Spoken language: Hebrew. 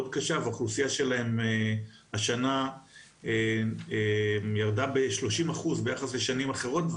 קשה והאוכלוסייה שלהם השנה ירדה ב-30% ביחס לשנים אחרות.